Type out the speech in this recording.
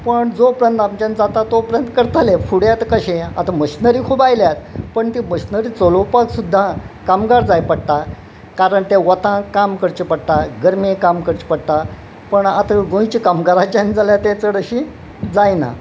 पण जो पर्यंत आमच्यान जाता तो पर्यंत करताले फुडें आतां कशे आतां मशिनरी खूब आयल्यात पण ती मशिनरी चलोपाक सुद्दां कामगार जाय पडटा कारण ते वता काम करचें पडटा गरमे काम करचें पडटा पण आतां गोंयच्या कामगारांच्यान जेन्ना जाल्यार ते चड अशी जायना